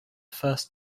first